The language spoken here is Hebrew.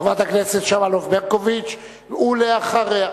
חברת הכנסת שמאלוב-ברקוביץ, ואחריה,